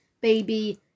baby